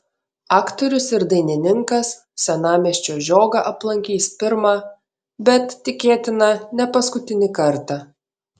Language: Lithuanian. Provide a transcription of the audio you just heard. aktorius ir dainininkas senamiesčio žiogą aplankys pirmą bet tikėtina ne paskutinį kartą